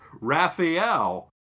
Raphael